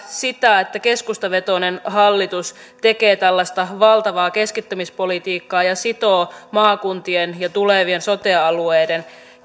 sitä että keskustavetoinen hallitus tekee tällaista valtavaa keskittämispolitiikkaa ja sitoo maakuntien ja tulevien sote alueiden